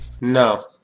No